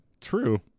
True